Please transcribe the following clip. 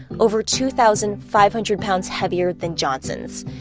over two thousand five hundred pounds heavier than johnson's.